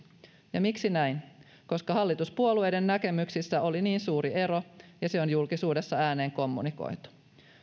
ja miksi näin koska hallituspuolueiden näkemyksissä oli niin suuri ero ja se oli julkisuudessa ääneen kommunikoitu